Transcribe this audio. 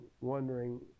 wondering